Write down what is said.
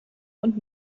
und